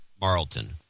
Marlton